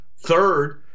Third